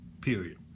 period